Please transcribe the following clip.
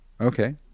Okay